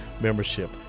membership